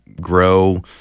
grow